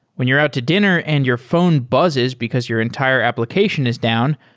when you're out to dinner and your phone buzzes because your entire application is down,